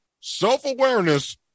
self-awareness